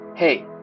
Hey